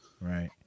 Right